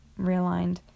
realigned